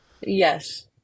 Yes